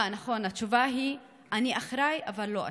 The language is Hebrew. אה, נכון, התשובה היא: אני אחראי אבל לא אשם.